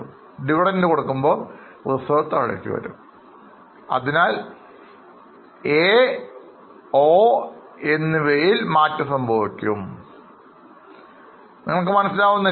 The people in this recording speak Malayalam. അതിനാൽ AO എന്നിവയിൽ കുറവ് സംഭവിക്കും അല്ലെങ്കിൽ Bank അതുപോലെ Reserve എന്നിവയിൽ കുറവ് സംഭവിച്ചു നിങ്ങൾക്ക് മനസ്സിലാകുന്നില്ല